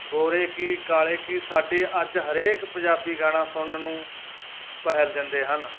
ਗੋਰੇ ਕੀ ਕਾਲੇ ਕੀ ਸਾਡੇ ਅੱਜ ਹਰੇਕ ਪੰਜਾਬੀ ਗਾਣਾ ਸੁਣਨ ਨੂੰ ਪਹਿਲ ਦਿੰਦੇ ਹਨ